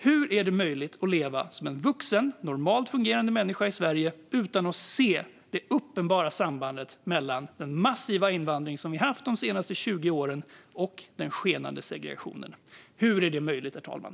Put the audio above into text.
Hur är det möjligt att leva som en vuxen, normalt fungerande människa i Sverige utan att se det uppenbara sambandet mellan den massiva invandring som vi haft de senaste 20 åren och den skenande segregationen? Hur är det möjligt, herr talman?